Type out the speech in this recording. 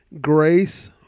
grace